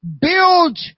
Build